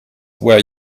were